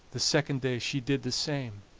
the second day she did the same,